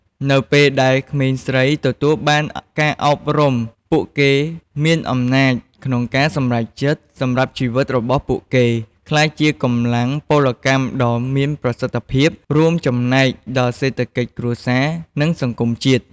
នៅពេលដែលក្មេងស្រីទទួលបានការអប់រំ ពួកគេមានអំណាចក្នុងការសម្រេចចិត្តសម្រាប់ជីវិតរបស់ពួកគេ ក្លាយជាកម្លាំងពលកម្មដ៏មានប្រសិទ្ធភាព រួមចំណែកដល់សេដ្ឋកិច្ចគ្រួសារ និងសង្គមជាតិ។